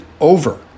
over